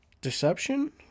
deception